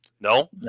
No